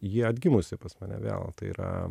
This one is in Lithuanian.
ji atgimusi pas mane vėl tai yra